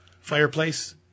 fireplace